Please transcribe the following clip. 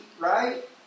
right